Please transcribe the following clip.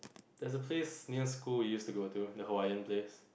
there's a place near school you used to go to the Hawaiian place